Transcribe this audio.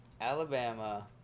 Alabama